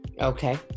Okay